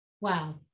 Wow